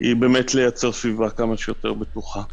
היא לייצר סביבה כמה שיותר בטוחה.